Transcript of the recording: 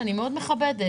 שאני מכבדת